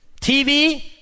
TV